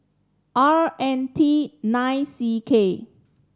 R N T nine C K